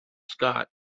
scott